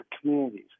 communities